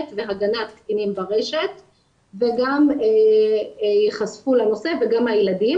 והגנת קטינים ברשת וגם ייחשפו לנושא וגם הילדים.